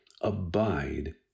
Abide